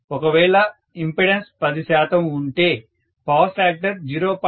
ఒకవేళ ఇంపెడెన్స్ 10 శాతం ఉంటే పవర్ ఫ్యాక్టర్ 0